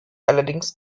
allerdings